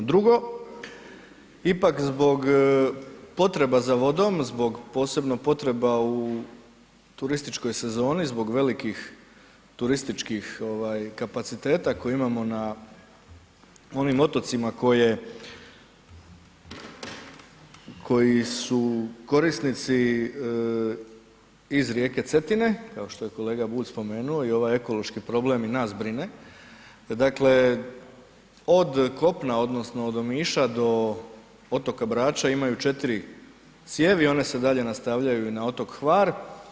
Drugo, ipak zbog potreba za vodom, zbog posebno potreba u turističkoj sezoni, zbog velikih turističkih kapaciteta koje imamo na onim otocima koji su korisnici iz rijeke Cetine kao što je kolega Bulj spomenuo i ovaj ekološki problem i nas brine, dakle od kopna odnosno od Omiša do otoka Brača imajući 4 cijevi, one se dalje nastavljaju i na otok Hvar.